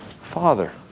Father